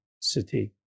City